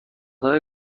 های